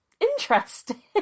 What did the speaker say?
interesting